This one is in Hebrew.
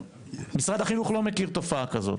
משרד החינוך לא מכיר תופעה כזאת?